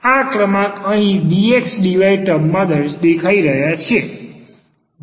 આ ક્રમાંક અહીં dx dy ટર્મમાં દેખાઈ રહ્યાં છે